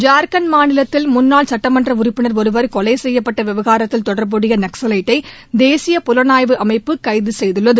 ஜார்க்கண்ட் மாநிலத்தில் முன்னாள் சுட்டமன்ற உறுப்பினர் ஒருவர் கொலை செய்யப்பட்ட விவகாரத்தில் தொடர்புடைய நக்ஸலைட்டை தேசிய புலனாய்வு அமைப்பு கைது செய்துள்ளது